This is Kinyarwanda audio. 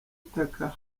utaka